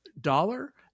dollar